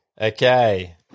Okay